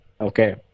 Okay